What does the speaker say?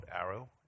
Arrow